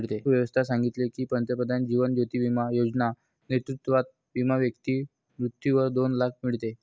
bank व्यवस्था सांगितले की, पंतप्रधान जीवन ज्योती बिमा योजना नेतृत्वात विमा व्यक्ती मृत्यूवर दोन लाख मीडते